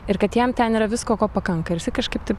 ir kad jam ten yra visko ko pakanka ir jisai kažkaip taip